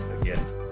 again